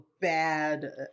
bad